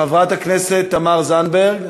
חברת הכנסת תמר זנדברג,